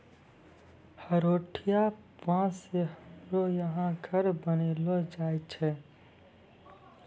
हरोठिया बाँस से हमरो यहा घर बनैलो जाय छै